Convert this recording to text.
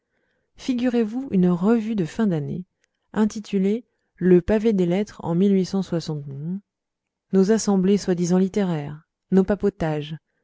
figurez-vous une revue de fin d'année intitulée le pavé des lettres en nos assemblées soi-disant littéraires nos papotages